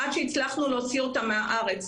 עד שהצלחנו להוציא אותם מהארץ.